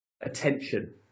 attention